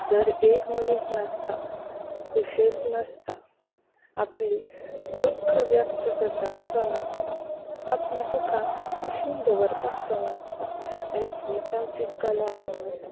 दर एक मनीस नाचता खुशेंत नाचता आपली दुख्ख व्यक्त करतना तो नाचता आपलीं दुकां कुशीन दवरपाक तो नाचता आनी हीच आमची कला जावन आसा